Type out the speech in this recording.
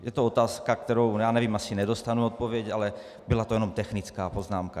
Je to otázka já nevím, asi nedostanu odpověď, ale byla to jenom technická poznámka.